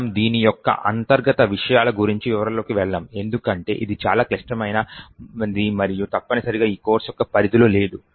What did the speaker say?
మనము దీని యొక్క అంతర్గత విషయాల గురించి వివరాలలోకి వెళ్ళము ఎందుకంటే ఇది చాలా క్లిష్టమైనది మరియు తప్పనిసరిగా ఈ కోర్సు యొక్క పరిధిలో లేదు